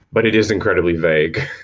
but it is incredibly vague.